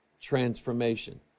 transformation